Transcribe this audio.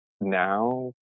now